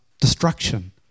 destruction